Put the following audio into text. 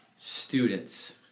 Students